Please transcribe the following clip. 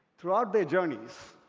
throughout the journeys,